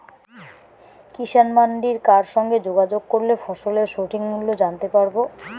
কিষান মান্ডির কার সঙ্গে যোগাযোগ করলে ফসলের সঠিক মূল্য জানতে পারবো?